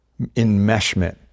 enmeshment